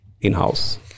in-house